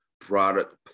product